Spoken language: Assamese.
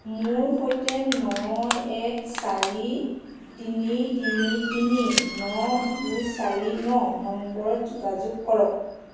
মোৰ সৈতে ন এক চাৰি তিনি তিনি তিনি ন দুই চাৰি ন নম্বৰত যোগাযোগ কৰক